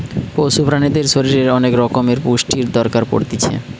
পশু প্রাণীদের শরীরের অনেক রকমের পুষ্টির দরকার পড়তিছে